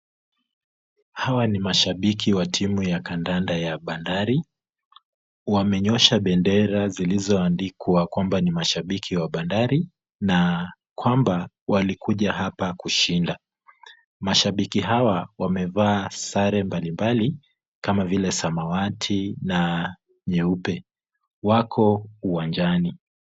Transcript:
Hawa ni mashabiki wa timu ya kandanda ya bandari, wamenyosha bendera zilizoandikwa kwamba ni mashabiki wa bandari. Na, kwamba, walikuja hapa kushinda. Mashabiki hawa wamevaa sare mbali, kama vile samawati, na nyeupe. Wako, uwanjani.